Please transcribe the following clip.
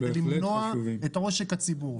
כדי למנוע את עושק הציבור.